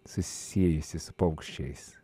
susijusi su paukščiais